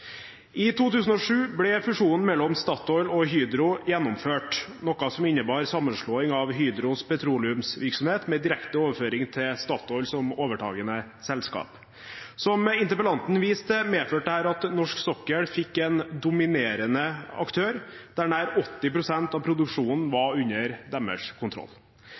I 2007 ble fusjonen mellom Statoil og Hydro gjennomført, noe som innebar sammenslåing av Hydros petroleumsvirksomhet med direkte overføring til Statoil som overtagende selskap. Som interpellanten viste til, medførte dette at norsk sokkel fikk en dominerende aktør der nær 80 pst. av produksjonen var under deres kontroll.